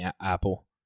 Apple